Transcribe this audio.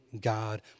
God